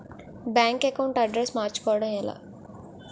Bank account address మార్చుకోవడం ఎలా?